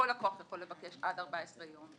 כל לקוח יכול לבקש עד 14 יום,